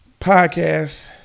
podcast